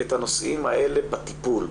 את הנושאים האלה בטיפול.